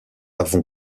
avons